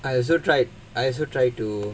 I also tried I also try to